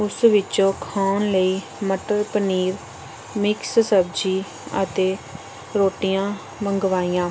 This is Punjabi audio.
ਉਸ ਵਿੱਚੋਂ ਖਾਣ ਲਈ ਮਟਰ ਪਨੀਰ ਮਿਕਸ ਸਬਜ਼ੀ ਅਤੇ ਰੋਟੀਆਂ ਮੰਗਵਾਈਆਂ